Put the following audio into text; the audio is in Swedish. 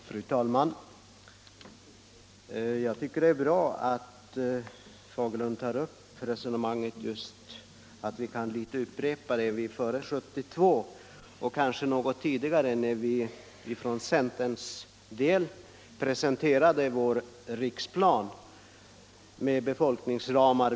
Fru talman! Jag tycker det är bra att herr Fagerlund tar upp resonemanget om det som hände 1972 och kanske något tidigare när vi i centern presenterade vår riksplan med befolkningsramar.